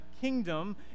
kingdom